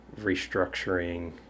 restructuring